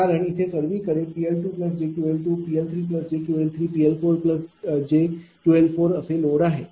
कारण इथे सर्वीकडे PL2jQL2 PL3jQL3 PL4jQL4असे लोड आहे